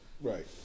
right